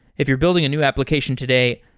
if you're building a new application today,